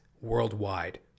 worldwide